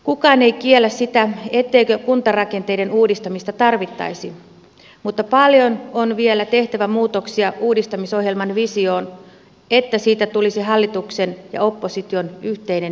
kukaan ei kiellä sitä etteikö kuntarakenteiden uudistamista tarvittaisi mutta on vielä tehtävä paljon muutoksia uudistamisohjelman visioon että siitä tulisi hallituksen ja opposition yhteinen missio